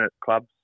clubs